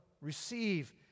receive